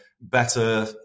better